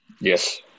Yes